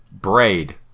Braid